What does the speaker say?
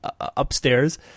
upstairs